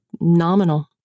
nominal